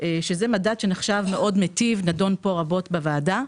שהוא מדד שנחשב מיטיב מאוד ונדון פה רבות בוועדה.